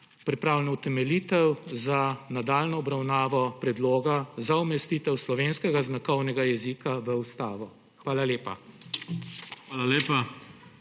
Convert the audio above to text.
pripravljeno utemeljitev za nadaljnjo obravnavo predloga za umestitev slovenskega znakovnega jezika v ustavo. Hvala lepa.